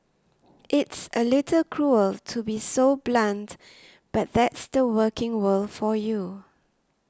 it's a little cruel to be so blunt but that's the working world for you